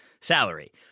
salary